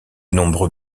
nombreux